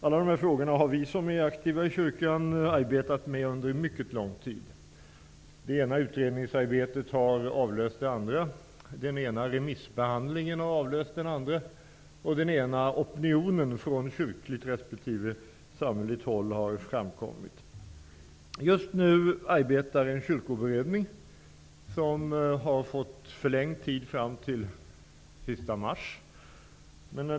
Alla dessa frågor har vi som är aktiva inom kyrkan arbetat med under mycket lång tid. Det ena utredningsarbetet har avlöst det andra. Den ena remissbehandlingen har avlöst den andra, och den ena opinionen efter den andra från kyrkligt resp. samhälleligt håll har framkommit. Just nu arbetar en kyrkoberedning, som har fått förlängd tid fram till sista mars.